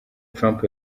trump